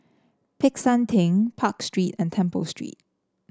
Peck San Theng Park Street and Temple Street